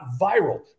viral